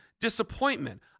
disappointment